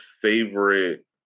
favorite